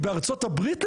בארצות הברית,